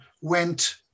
went